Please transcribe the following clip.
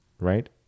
Right